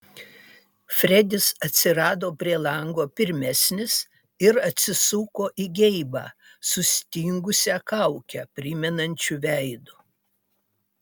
fredis atsirado prie lango pirmesnis ir atsisuko į geibą sustingusią kaukę primenančiu veidu